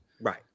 Right